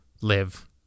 live